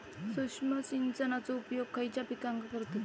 सूक्ष्म सिंचनाचो उपयोग खयच्या पिकांका करतत?